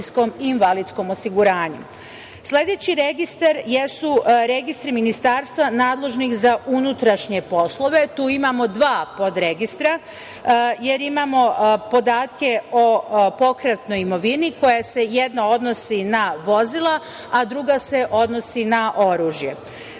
Sledeći registar jesu registri ministarstva nadležnih za unutrašnje poslove. Tu imamo dva podregistra, jer imamo podatke o pokretnoj imovini koja se jedna odnosi na vozila, a druga se odnosi na oružje.